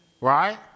right